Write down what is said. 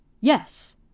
Yes